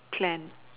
planned